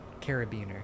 Carabiner